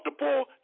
multiple